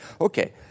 Okay